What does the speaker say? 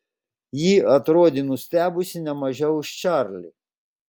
ji atrodė nustebusi ne mažiau už čarlį